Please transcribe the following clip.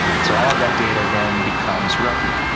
so all of that data then becomes record.